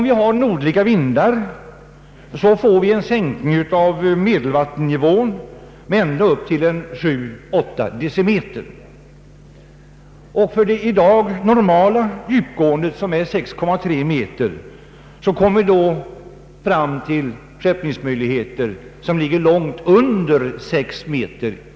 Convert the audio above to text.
Vid nordliga vindar får vi en sänkning av medelvattennivån med ända upp till sju, åtta decimeter. Eftersom det normala djupet är 6,3 meter, blir skeppningsmöjligheterna då begränsade till ett djupgående som ligger långt under 6 meter.